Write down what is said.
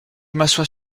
m’assois